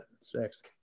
six